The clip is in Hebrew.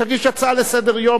תגיש הצעה לסדר-היום,